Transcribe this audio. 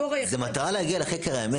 המטרה היא להגיע לחקר האמת.